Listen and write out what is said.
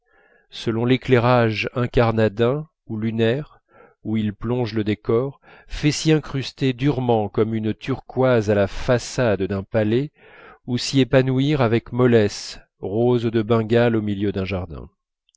selon l'éclairage incarnadin ou lunaire où il plonge le décor fait s'y incruster durement comme une turquoise à la façade d'un palais ou s'y épanouir avec mollesse rose de bengale au milieu d'un jardin